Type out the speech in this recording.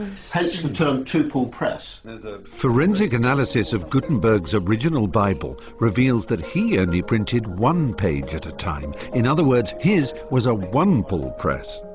hence the term two-pull press. ah forensic analysis of gutenberg's original bible reveals that he only printed one page at a time, in other words, his was a one-pull press.